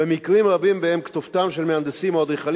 במקרים רבים שבהם כתובתם של מהנדסים או אדריכלים